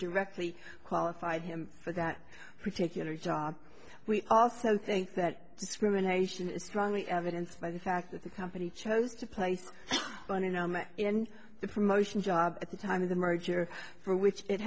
directly qualified him for that particular job we also think that discrimination is strong evidence by the fact that the company chose to place an anomaly in the promotion job at the time of the merger for which it